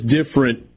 different